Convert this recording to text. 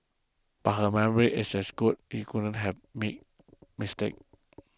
but her memory is as good she couldn't have made mistake